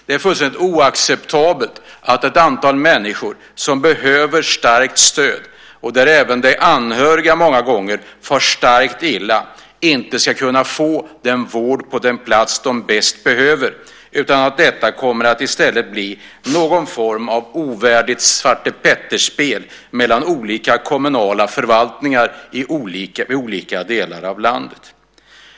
Det är fullständigt oacceptabelt att ett antal människor som behöver starkt stöd, och där även de anhöriga många gånger far mycket illa, inte ska kunna få vården på den plats där de bäst behöver den, utan att detta i stället kommer att bli någon form av ovärdigt svartepetterspel mellan olika kommunala förvaltningar i olika delar av landet.